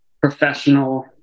professional